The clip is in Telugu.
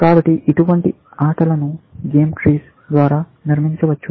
కాబట్టి ఇటువంటి ఆటల ను గేమ్ ట్రీస్ ద్వారా సూచించవచ్చు